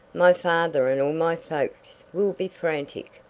my father and all my folks will be frantic.